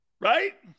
Right